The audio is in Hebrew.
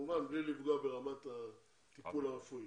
כמובן בלי לפגוע ברמת הטיפול הרפואי.